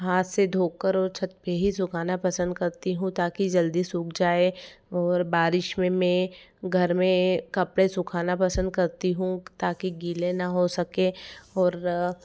हाथ से धोकर और छत पे ही सुखाना पसंद करती हूँ ताकि जल्दी सूख जाए और बारिश में मैं घर में कपड़े सुखाना पसंद करती हूँ ताकि गीले ना हो सकें और